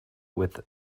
with